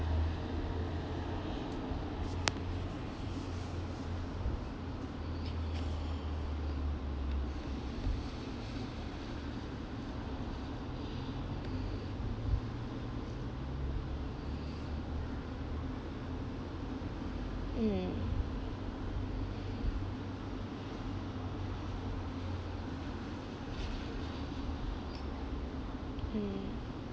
mm mm